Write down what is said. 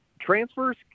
transfers